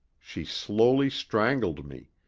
she slowly strangled me,